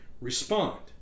Respond